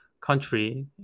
country